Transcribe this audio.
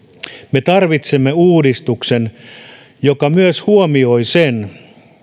me tarvitsemme uudistuksen joka myös huomioi sen